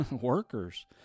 Workers